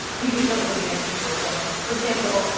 we just don't know the answer to those questions. for example,